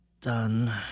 done